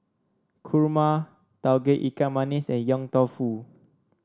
kurma Tauge Ikan Masin and Yong Tau Foo